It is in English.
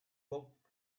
look